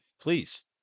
Please